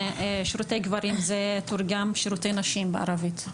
'שירותי גברים' תורגם 'שירותי נשים' בערבית.